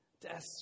desperate